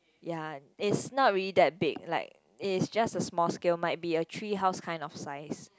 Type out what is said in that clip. ya it's not really that big like it is just a small scale might be a tree house kind of size